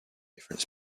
different